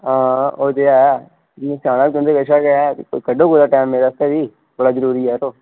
आं ओह् ते एह् मीं सियाना तुंदे कशा ते कड्डो कुतै टैम मेरे आस्तै बी बड़ा जरूरी यरो